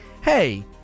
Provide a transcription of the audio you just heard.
hey